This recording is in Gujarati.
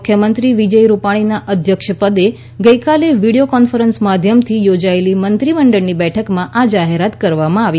મુખ્યમંત્રી વિજય રૂપાણીના અધ્યક્ષપદે ગઈકાલે વીડિયો કોન્ફરન્સ માધ્યમથી યોજાયેલી મંત્રીમંડળની બેઠકમાં આ જાહેરાત કરવામાં આવી હતી